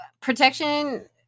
protection